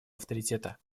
авторитета